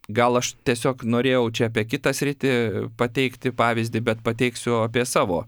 gal aš tiesiog norėjau čia apie kitą sritį pateikti pavyzdį bet pateiksiu apie savo